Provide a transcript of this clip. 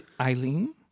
Eileen